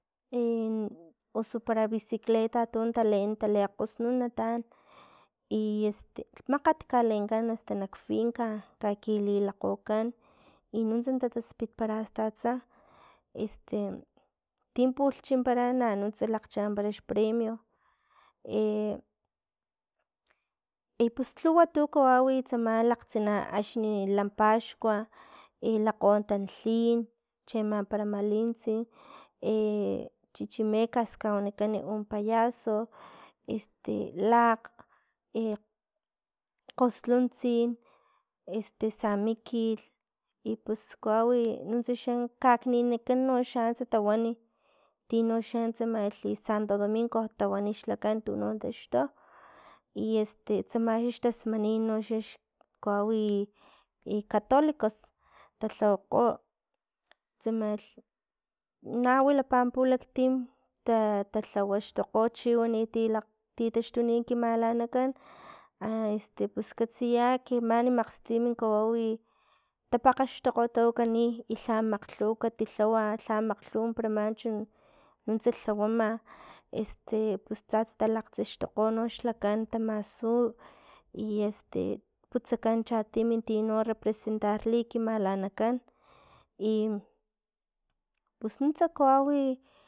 uso para bicicleta osu tun taleen talikgosnun nataan i este makgat kalenkan asta nak finca ki- kililakgokan i nuntsa tataspitpara asta atsa este tin pulh chimpara na este nuntsa lakgchimpara xpremio, i pus lhuwa tu kawawi tsama lakgtsin a- axni lan paxkua i lakgo tantlin, chiama para malintsi chichimecas kawanikanan un payaso, este lakg kgsonuntsin este san mikilh pus kawawi nuntsa xa kaknininkan noxa antsa tawani tinoxan tsamalhi santo domingo tawani xlakan tuno taxtu, i este tsama xa xtasmanin noxax kawawi e catolicos talhawakgo, tsamlh na wilapa pulaktim ta- talhawa taxtokgo chiwani tila- titaxtuni kimalanakn a este pus katsiya ekinan mani makgstim kawawi tapakgaxtokgo tawakani i lha makglhuw kati lhawa lha makglhuwa manchu nuntsa lhawana este pus tsasta talakgtsixtokgo nox lakan masu i este putsakan chatim tino representarli ki malanakan i pus nunsta kawawi.